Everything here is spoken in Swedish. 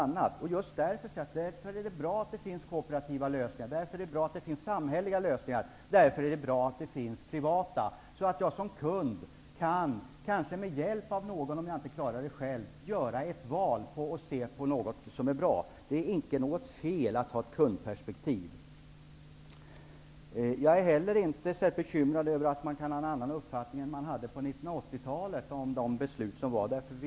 Det är därför bra att det finns kooperativa lösningar, samhälleliga lösningar och privata lösningar så att jag som kund, kanske med hjälp av någon om jag inte klarar det själv, kan göra ett val som är bra. Det är inte något fel att ha ett kundperspektiv. Jag är heller inte särskilt bekymrad över att man nu har en annan uppfattning än den man hade på 1980 talet med de beslut som då fattades.